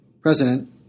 president